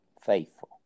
faithful